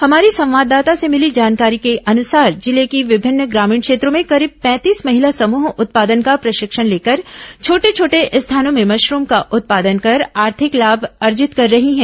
हमारी संवाददाता से भिली जानकारी के अनुसार जिले की विभिन्न ग्रामीण क्षेत्रों में करीब पैंतीस महिला समूह उत्पादन का प्रशिक्षण लेकर छोटे छोटे स्थानो में मशरूम का उत्पादन कर आर्थिक लाभ अर्जित कर रही हैं